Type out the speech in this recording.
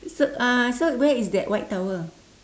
so uh so where is that white towel